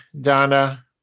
Donna